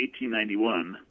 1891